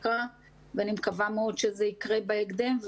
ואני מקווה מאוד שזה יקרה בהקדם,